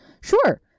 sure